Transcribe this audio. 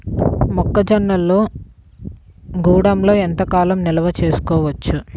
మొక్క జొన్నలు గూడంలో ఎంత కాలం నిల్వ చేసుకోవచ్చు?